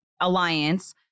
alliance